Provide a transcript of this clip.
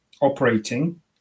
operating